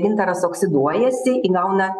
gintaras oksiduojasi įgauna